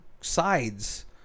sides